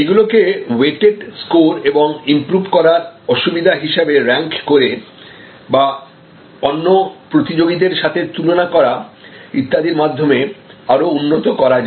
এগুলোকে weighted score এবং improve করার অসুবিধা হিসাবে রেঙ্ক করেবা অন্য প্রতিযোগীদের সঙ্গে তুলনা করা ইত্যাদির মাধ্যমে আরো উন্নত করা যায়